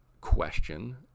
question